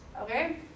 okay